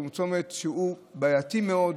צומת שהוא בעייתי מאוד,